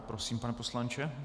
Prosím, pane poslanče.